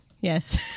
Yes